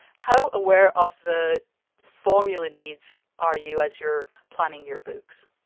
how aware of the formula needs are you as you're planning your books?